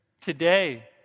today